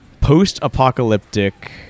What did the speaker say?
post-apocalyptic